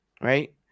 Right